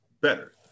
better